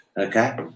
okay